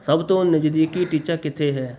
ਸਭ ਤੋਂ ਨਜ਼ਦੀਕੀ ਟੀਚਾ ਕਿੱਥੇ ਹੈ